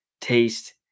taste